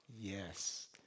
Yes